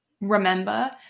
remember